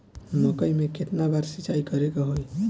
मकई में केतना बार सिंचाई करे के होई?